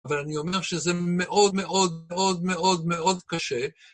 אבל אני אומר שזה מאוד מאוד מאוד מאוד מאוד קשה.